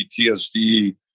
PTSD